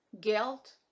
guilt